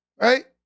right